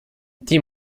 dis